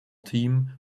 team